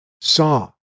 saw